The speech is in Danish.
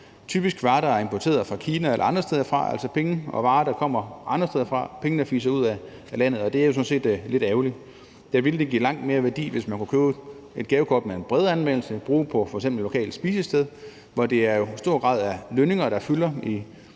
typisk varer, der er importeret fra Kina eller andre steder, altså penge og varer, der kommer andre steder fra. Pengene fiser ud af landet, og det er jo sådan set lidt ærgerligt. Der ville det give langt mere værdi, hvis man kunne købe et gavekort med en bredere anvendelse og bruge dem på f.eks. et lokalt spisested, hvor det jo i stor grad er lønninger, der fylder i